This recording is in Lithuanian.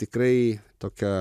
tikrai tokią